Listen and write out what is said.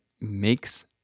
makes